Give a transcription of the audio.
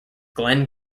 glenn